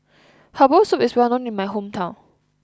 Herbal Soup is well known in my hometown